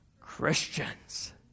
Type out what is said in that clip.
Christians